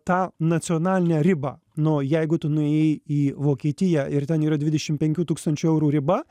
tą nacionalinę ribą nu jeigu tu nuėjai į vokietiją ir ten yra dvidešim penkių tūkstančių eurų riba